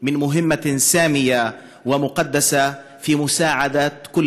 הסוציאליים: אנו מעריכים ומכבדים את עבודתכם